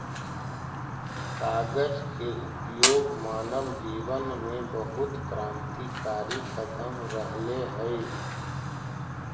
कागज के उपयोग मानव जीवन में बहुत क्रान्तिकारी कदम रहले हई